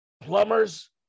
plumbers